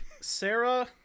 sarah